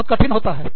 बहुत कठिन होता है